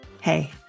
Hey